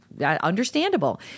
understandable